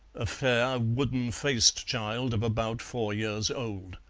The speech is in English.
a fair, wooden-faced child of about four years old.